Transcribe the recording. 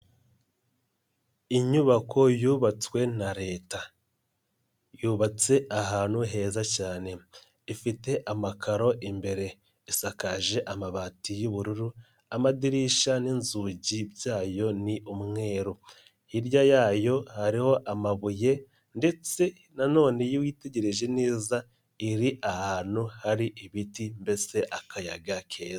Inyubako yubatswe na Leta, yubatse ahantu heza cyane, ifite amakaro imbere, isakaje amabati y'ubururu, amadirishya n'inzugi byayo ni umweru, hirya yayo hariho amabuye ndetse na none iyo witegereje neza, iri ahantu hari ibiti mbese akayaga keza.